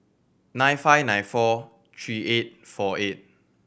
nine five nine four three eight four eight